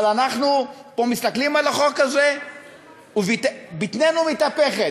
אבל אנחנו מסתכלים על החוק הזה ובטננו מתהפכת.